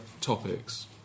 topics